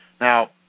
Now